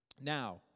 Now